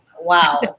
Wow